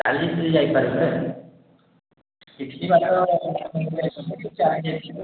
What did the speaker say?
ଚାଲିକିରି ଯାଇପାରିବେ କିଛି ବାଟ